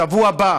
בשבוע הבא